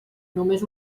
només